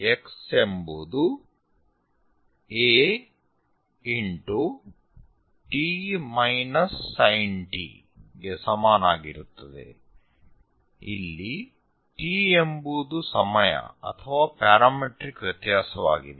X ಎಂಬುವುದು a x ಗೆ ಸಮನಾಗಿರುತ್ತದೆ ಇಲ್ಲಿ t ಎಂಬುವುದು ಸಮಯ ಅಥವಾ ಪ್ಯಾರಾಮೀಟ್ರಿಕ್ ವ್ಯತ್ಯಾಸವಾಗಿದೆ